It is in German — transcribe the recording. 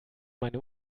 meine